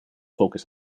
focus